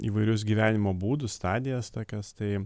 įvairius gyvenimo būdus stadijas tokias tai